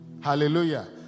Hallelujah